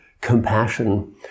compassion